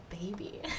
Baby